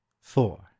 Four